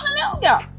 Hallelujah